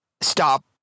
stop